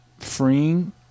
freeing